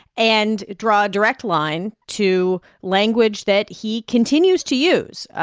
and draw a direct line to language that he continues to use.